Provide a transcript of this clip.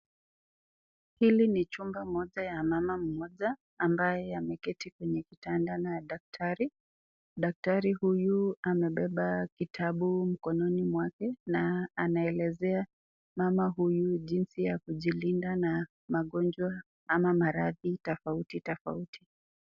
Hili ni chumba moja ya mama mmoja ambaye ameketi kwenye kitanda na daktari . Daktari huyu amebeba kitabu mkononi mwake na anaelezea mama huyu jinzi ya kujilinda na magonjwa ama maradhi tofauti tofauti .